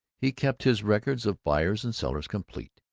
he kept his records of buyers and sellers complete,